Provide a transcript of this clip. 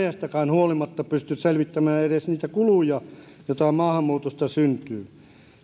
huolimatta pysty selvittämään edes niitä kuluja joita maahanmuutosta syntyy